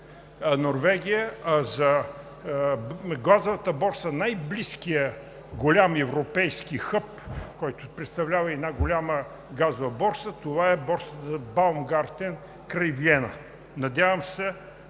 Норвегия, а за Газовата борса – най-близкият голям европейски хъб, който представлява една голяма газова борса, това е борсата „Баумгартен“ край Виена. Надявам се